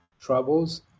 troubles